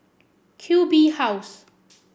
Q B House